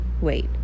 wait